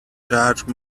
charge